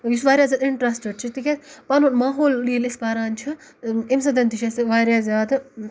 یُس واریاہ زیادٕ اِنٹرَسٹڈ چھُ تِکیازِ پَنُن ماحول ییٚلہِ أسۍ پَران چھِ اَمہِ سۭتۍ تہِ چھُ اَسہِ واریاہ زیادٕ